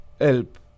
help